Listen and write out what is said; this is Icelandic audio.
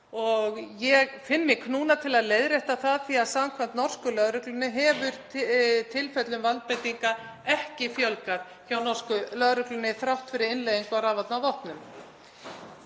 Ég finn mig knúna til að leiðrétta það því að samkvæmt norsku lögreglunni hefur tilfellum valdbeitingar ekki fjölgað hjá henni þrátt fyrir innleiðingu rafvarnarvopna.